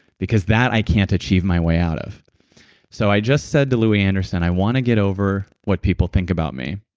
because that i can't achieve my way out of so, i just said to louie anderson, i want to get over what people think about me,